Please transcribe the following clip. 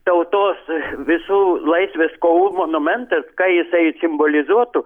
tautos visų laisvės kovų monumentas kai jisai simbolizuotų